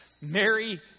Mary